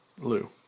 Lou